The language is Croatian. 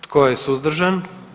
Tko je suzdržan?